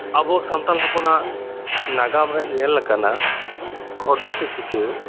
ᱟᱵᱩ ᱥᱟᱱᱛᱟᱞ ᱦᱚᱯᱚᱱᱟᱜ ᱱᱟᱜᱟᱢ ᱨᱮ ᱧᱮᱞ ᱟᱠᱟᱱᱟ ᱠᱷᱚᱫᱟ ᱥᱮ ᱥᱤᱠᱟᱹ